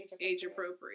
age-appropriate